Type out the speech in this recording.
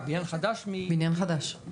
בניין חדש,